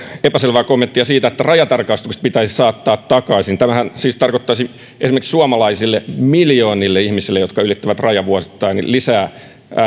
epäselvää kommenttia siitä että rajatarkastukset pitäisi saattaa takaisin tämähän siis tarkoittaisi esimerkiksi suomalaisille miljoonille ihmisille jotka ylittävät rajan vuosittain lisää